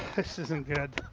this isn't good.